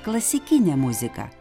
klasikinė muzika